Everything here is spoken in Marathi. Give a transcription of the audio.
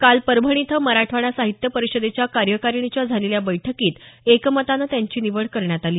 काल परभणी इथं मराठवाडा साहित्य परिषदेच्या कार्यकारिणीच्या झालेल्या बैठकीत एकमतानं त्यांची निवड करण्यात आली